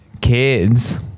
Kids